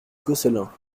gosselin